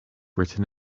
written